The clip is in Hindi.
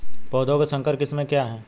पौधों की संकर किस्में क्या हैं?